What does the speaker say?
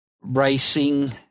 racing